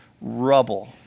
rubble